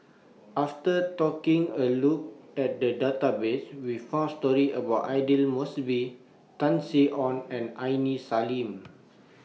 after talking A Look At The Database We found stories about Aidli Mosbit Tan Sin Aun and Aini Salim